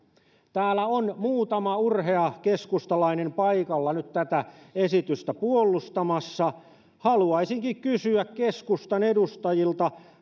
täällä on muutama urhea keskustalainen paikalla nyt tätä esitystä puolustamassa ja haluaisinkin kysyä keskustan edustajilta